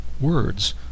words